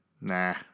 Nah